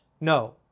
No